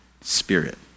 spirit